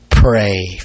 Pray